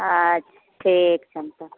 अच्छा ठीक छैनि तब